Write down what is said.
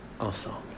ensemble